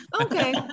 Okay